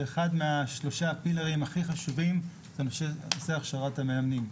ואחד משלושת עמודי התווך הכי חשובים זה נושא הכשרת המאמנים.